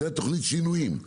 זו תכנית שינויים,